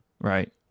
right